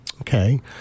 Okay